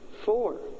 Four